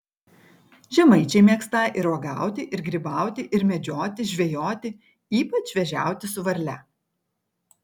žemaičiai mėgstą ir uogauti ir grybauti ir medžioti žvejoti ypač vėžiauti su varle